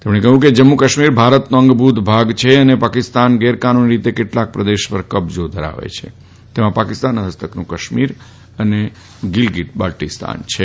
તેમણે કહ્યું કે જમ્મુકાશ્મીર ભારતનો અંગભૂત ભાગ છે અને ાકિસ્તાન ગેરકાનૂની રીતે કેટલાક પ્રદેશ ર કબજા ધરાવે છે તેમાં ાકિસ્તાન હસ્તકનું કાશ્મીર ગીલગીટ બાલ્ટીસ્તાન છે